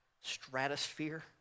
stratosphere